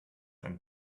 and